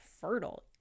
fertile